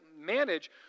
manage